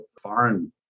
foreign